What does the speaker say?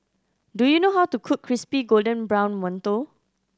do you know how to cook crispy golden brown mantou